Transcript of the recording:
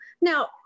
Now